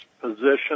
position